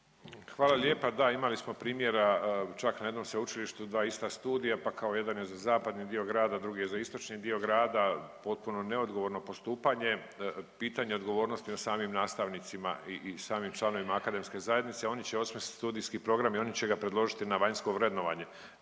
Hvala lijepa. Da, imali smo primjera čak na jednom sveučilištu dva ista studija, pa kao jedan je za zapadni dio grada, drugi je za istočni dio grada, potpuno neodgovorno postupanje. Pitanje odgovornosti na samim nastavnicima i samim članovima akademske zajednice. Oni će osmisliti studijski program i oni će ga predložiti na vanjsko vrednovanje.